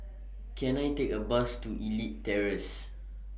Can I Take A Bus to Elite Terrace